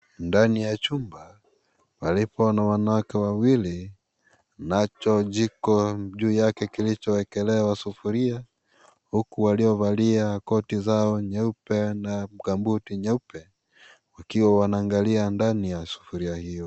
Ndani ya chumba, palipo na wanawake wawili, nacho jikoni juu yake kilichowekelewa sufuria. Huku, waliovalia koti zao nyeupe na gambuti nyeupe, wakiwa wanaangalia ndani ya sufuria hiyo.